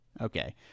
Okay